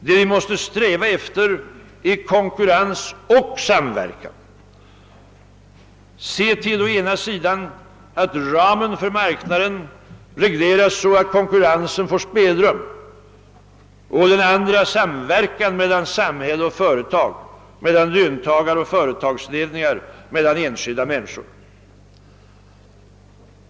Det vi måste sträva efter är konkurrens och samverkan; se till å ena sidan att ramarna för marknaden regleras så att konkurrensen får spelrum och å den andra att samverkan mellan samhälle och företag, mellan löntagare och företagsledningar, mellan enskilda människor främjas.